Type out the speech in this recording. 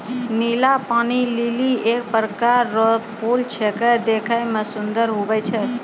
नीला पानी लीली एक प्रकार रो फूल छेकै देखै मे सुन्दर हुवै छै